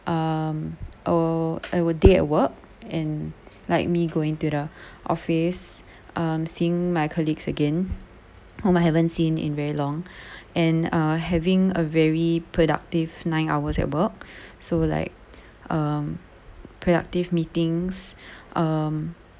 um oh a day at work and like me going to the office um seeing my colleagues again whom I haven't seen in very long and uh having a very productive nine hours at work so like um productive meetings um